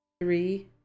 three